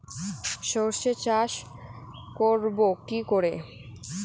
সর্ষে চাষ করব কি করে?